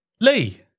Lee